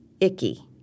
icky